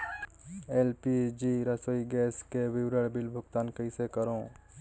LPG रसोई gas के विवरण बिल भुगतान कइसे करों?